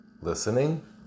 listening